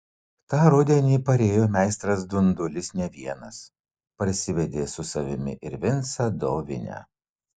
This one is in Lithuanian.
tą rudenį parėjo meistras dundulis ne vienas parsivedė su savimi ir vincą dovinę